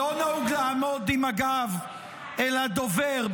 לא נהוג לעמוד עם הגב אל הדובר.